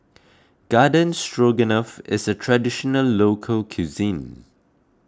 Garden Stroganoff is a Traditional Local Cuisine